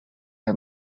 are